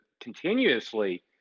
continuously